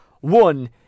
one